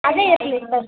ಅದೇ ಇರಲಿ